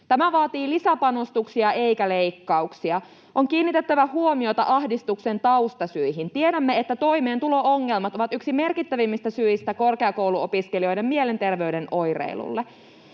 Tämä vaatii lisäpanostuksia eikä leikkauksia. On kiinnitettävä huomiota ahdistuksen taustasyihin. Tiedämme, että toimeentulo-ongelmat ovat yksi merkittävimmistä syistä korkeakouluopiskelijoiden mielenterveyden oireilulle.